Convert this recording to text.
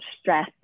stress